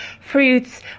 fruits